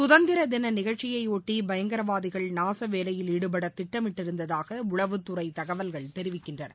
சுதந்திர தின நிகழ்ச்சியையை ஒட்டி பயங்கரவாதிகள் நாச வேலையில் ஈடுபட திட்டமிட்டிருந்ததாக உளவுத்துறை தகவல்கள் தெரிவிக்கின்றன